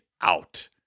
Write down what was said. out